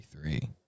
Three